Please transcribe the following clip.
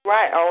Right